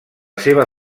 seva